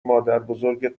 مادربزرگت